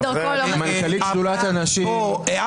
אוי-אוי-אוי.